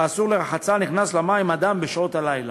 באזור האסור לרחצה, נכנס למים אדם בשעות הלילה.